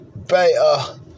Beta